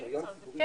אתה